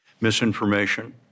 Misinformation